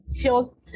feel